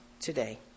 today